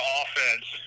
offense